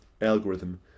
algorithm